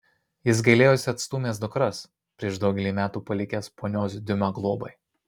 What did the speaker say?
jis gailėjosi atstūmęs dukras prieš daugelį metų palikęs ponios diuma globai